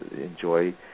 enjoy